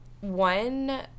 One